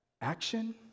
action